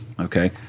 Okay